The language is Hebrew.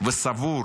וסבור